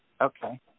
okay